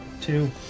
Two